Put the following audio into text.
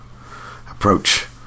approach